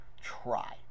try